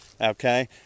Okay